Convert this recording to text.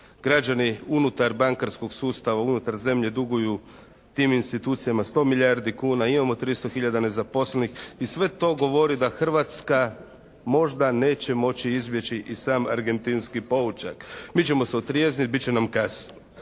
Građani unutar bankarskog sustava, unutar zemlje duguju tim institucijama 100 milijardi kuna. Imamo 300 hiljada nezaposlenih i sve to govori da Hrvatska možda neće moći izbjeći i sam argentinski poučak. Mi ćemo se otrijezniti, bit će nam kasno.